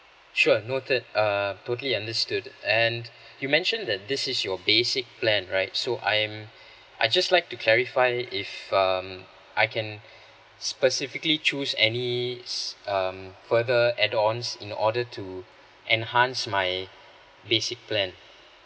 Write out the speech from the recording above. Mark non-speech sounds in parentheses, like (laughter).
sure noted err totally understood and you mentioned that this is your basic plan right so I am I just like to clarify if um I can (breath) specifically choose any s~ um further add ons in order to enhance my basic plan